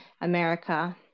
America